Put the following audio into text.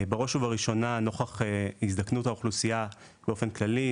בראש ובראשונה נוכח הזדקנות האוכלוסיה באופן כללי,